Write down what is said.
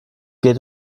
geht